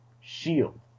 shield